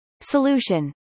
Solution